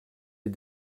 est